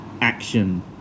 action